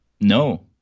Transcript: No